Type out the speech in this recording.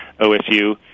OSU